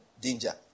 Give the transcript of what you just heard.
danger